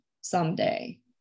someday